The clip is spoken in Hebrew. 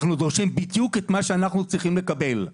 אנחנו דורשים בדיוק את מה שאנחנו צריכים לקבל,